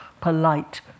polite